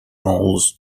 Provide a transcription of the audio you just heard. malls